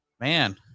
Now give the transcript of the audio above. man